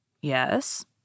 Yes